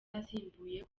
asimbuye